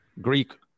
Greek